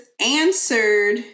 answered